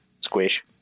Squish